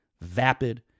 vapid